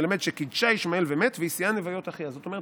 מלמד שקידשה ישמעאל ומת והשיאה נביות אחיה" זאת אומרת,